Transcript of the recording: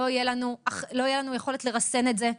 לא תהיה לנו יכולת לרסן את זה.